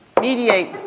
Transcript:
mediate